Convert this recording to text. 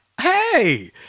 hey